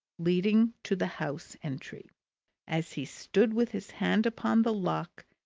leading to the house-entry. as he stood with his hand upon the lock,